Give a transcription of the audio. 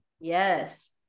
yes